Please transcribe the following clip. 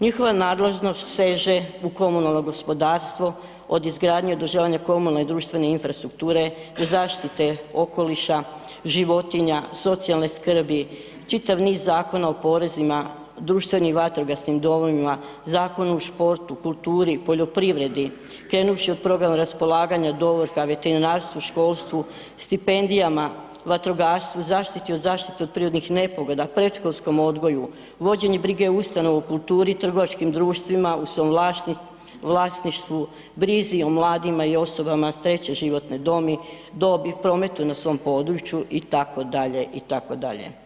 Njihova nadležnost seže u komunalno gospodarstvo od izgradnje od održavanja komunalne i društvene infrastrukture i zaštite okoliša, životinja, socijalne skrbi čitav niz zakona o porezima, društvenim i vatrogasnim domovima, Zakonu o sportu, kulturi, poljoprivredi krenuvši od programa raspolaganja do ovrha, veterinarstvu, školstvu, stipendijama, vatrogastvu, zaštiti od zaštite od prirodnih nepogoda, predškolskom odgoju, vođenje brige o ustanovama u kulturi, trgovačkim društvima u svom vlasništvu, brizi o mladima i osobama treće životne dobi, prometu na svom području itd., itd.